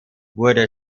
wurde